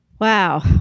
Wow